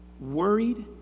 worried